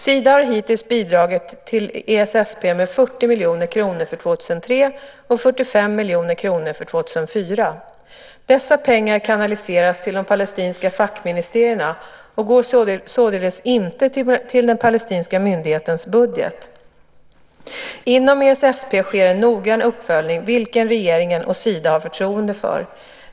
Sida har hittills bidragit till ESSP med 40 miljoner kronor för år 2003 och 45 miljoner kronor för år 2004. Dessa pengar kanaliseras till de palestinska fackministerierna och går således inte till den palestinska myndighetens budget. Inom ESSP sker en noggrann uppföljning, vilken regeringen och Sida har förtroende för.